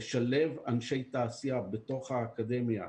לשלב אנשי תעשייה בתוך האקדמיה,